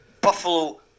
Buffalo